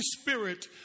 Spirit